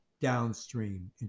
downstream